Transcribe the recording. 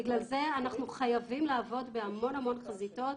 בגלל זה אנחנו חייבים לעבוד בהמון חזיתות.